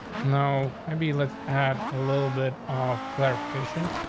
no, maybe let's had a little bit off clarification.